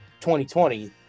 2020